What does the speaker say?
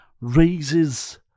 raises